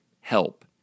help